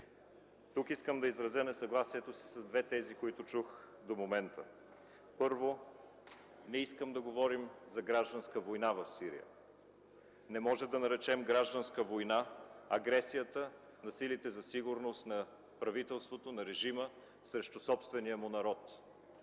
Тук искам да изразя несъгласието си с две тези, които чух до момента. Първо, не искам да говорим за гражданска война в Сирия. Не може да наречем гражданска война агресията на силите за сигурност на правителството, на режима срещу собствения му народ.